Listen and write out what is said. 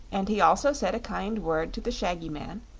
and he also said a kind word to the shaggy man,